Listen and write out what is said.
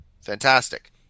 Fantastic